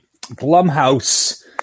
Blumhouse